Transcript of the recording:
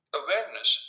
awareness